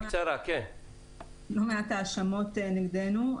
היו פה לא מעט האשמות נגדנו.